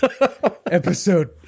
Episode